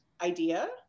idea